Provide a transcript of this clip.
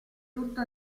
tutto